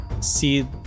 see